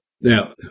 Now